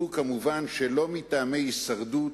הוא, מובן שלא מטעמי הישרדות,